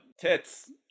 Tits